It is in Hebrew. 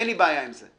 אין לי בעיה עם זה.